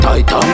Titan